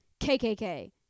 KKK